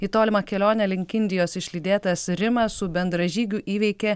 į tolimą kelionę link indijos išlydėtas rimas su bendražygiu įveikė